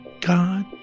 God